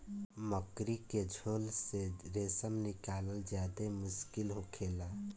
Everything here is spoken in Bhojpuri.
मकड़ी के झोल से रेशम निकालल ज्यादे मुश्किल होखेला